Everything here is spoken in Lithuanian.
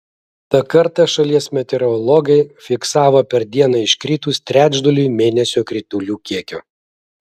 tą kartą šalies meteorologai fiksavo per dieną iškritus trečdaliui mėnesio kritulių kiekio